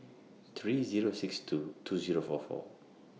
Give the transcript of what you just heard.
three six Zero two two Zero four four